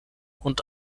und